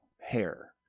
hair